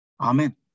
Amen